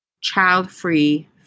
child-free